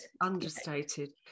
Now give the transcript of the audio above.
understated